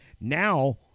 now